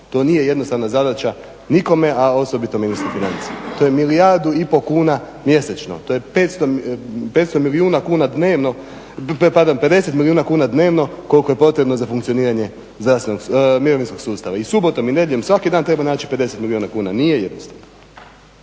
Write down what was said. To nije jednostavna zadaća nikome a osobito ministru financija. To je milijardu i pol kuna mjesečno, to je 500 milijuna kuna dnevno, pardon, 50 milijuna kuna dnevno koliko je potrebno za funkcioniranje mirovinskog sustava, i subotom i nedjeljom svaki dan treba naći 50 milijuna kuna, nije jednostavno.